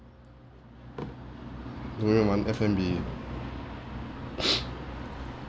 domain one F&B